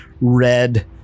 red